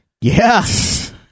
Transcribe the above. Yes